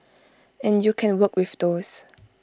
and you can work with those